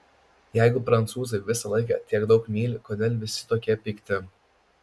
jeigu prancūzai visą laiką tiek daug myli kodėl visi tokie pikti